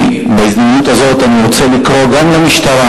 בהזדמנות זו אני רוצה לקרוא גם למשטרה